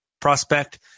prospect